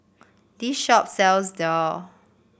this shop sells daal